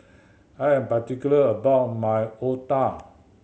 I am particular about my otah